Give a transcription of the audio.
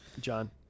John